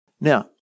Now